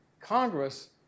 Congress